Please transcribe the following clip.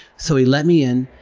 so, he let me in.